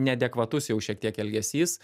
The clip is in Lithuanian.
neadekvatus jau šiek tiek elgesys